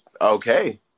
Okay